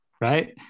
Right